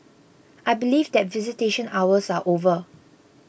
I believe that visitation hours are over